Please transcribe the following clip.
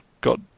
got